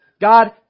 God